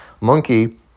Monkey